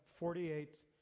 48